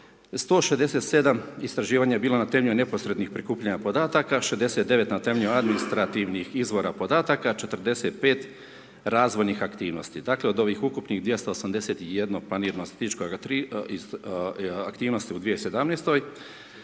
167 istraživanja je bilo na temelju neposrednih prikupljanja podataka, 69 na temelju administrativnih izvora podataka, 45 razvojnih aktivnosti. Dakle od ovih ukupnih 281 planiranih .../Govornik se